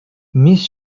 მის